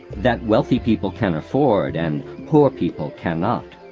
that wealthy people can afford and poor people cannot.